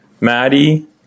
Maddie